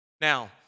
Now